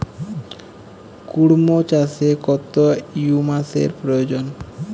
কুড়মো চাষে কত হিউমাসের প্রয়োজন?